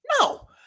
No